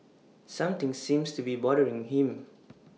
something seems to be bothering him